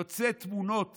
יוצאות תמונות